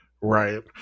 Right